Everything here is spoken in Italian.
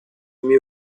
mio